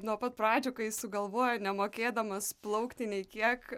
nuo pat pradžių kai sugalvojo nemokėdamas plaukti nei kiek